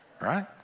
Right